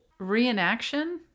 Reenaction